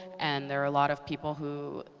and there are a lot of people who